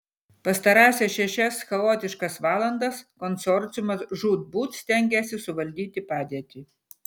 pastarąsias šešias chaotiškas valandas konsorciumas žūtbūt stengėsi suvaldyti padėtį